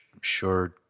sure